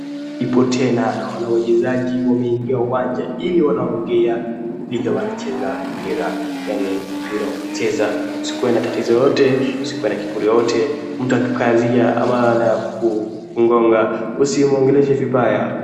Ndipo tena naona wachezaji wameingia uwanja ili wanaongea vile wanacheza mpira yaani mpira ukicheza usikue na tatizo yoyote, usikuwe na kiburi yoyote, mtu akikukazia ama anakugonga usimwangalie vibaya.